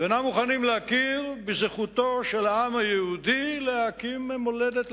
ואינם מוכנים להכיר בזכותו של העם היהודי להקים מולדת,